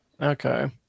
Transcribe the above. Okay